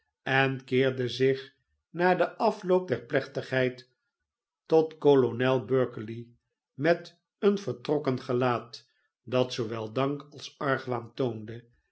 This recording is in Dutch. en keerde zich na den afloop der plechtigheid tot kolonel berkeley met een vertrokken gelaat dat zoowel dank als argwaan toonde